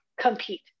compete